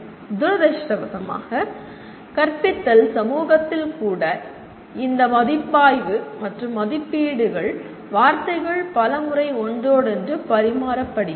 துரதிர்ஷ்டவசமாக கற்பித்தல் சமூகத்தில் கூட இந்த மதிப்பாய்வு மற்றும் மதிப்பீடுகள் வார்த்தைகள் பல முறை ஒன்றோடொன்று பரிமாறப்படுகின்றன